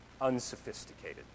Unsophisticated